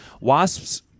wasps